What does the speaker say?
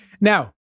Now